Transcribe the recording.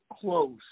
close